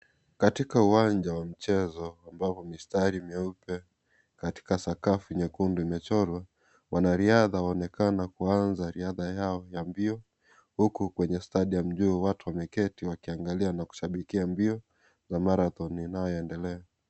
Katika uwanja wa michezo ambapo mistari meupe katika sakafu nyekundu imechorwa, wanariadha wanaonenakana kuanza riadha yao ya mbio, huku kwenye stadium juu watu wameketi wakiangalia na kushabikia mbio za marathon inayoendelea.